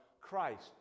Christ